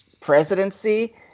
presidency